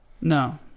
No